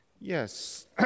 Yes